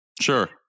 Sure